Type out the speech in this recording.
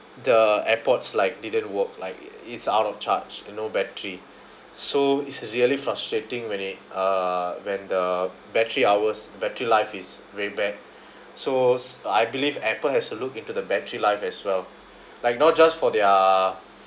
the airpods like didn't work like it's out of charge and no battery so it's really frustrating when it uh when the battery hours battery life is very bad so I believe Apple has to look into the battery life as well like not just for their